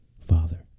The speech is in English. father